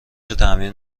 تعمیر